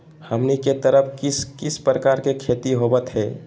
हमनी के तरफ किस किस प्रकार के खेती होवत है?